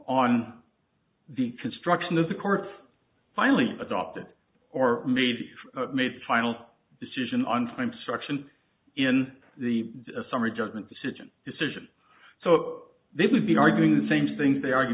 on the construction of the courts finally adopted or maybe made final decision on time struction in the summary judgment decision decision so they would be arguing the same thing they argue